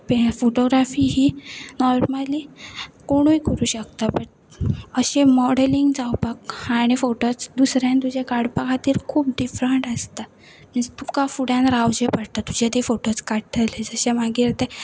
photography ही normally कोणूय करूं शकता बट अशें मॉडेलींग जावपाक आनी फोटोस दुसऱ्यान तुजे काडपा खातीर खूब डिफरंट आसता मिन्स तुका फुड्यान रावचे पडटा तुजे ती फोटोज काडटली जशें मागीर ते